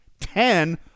ten